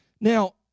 Now